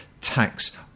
tax